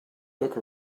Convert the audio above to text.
book